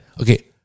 Okay